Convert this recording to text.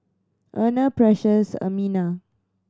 Erna Precious Ermina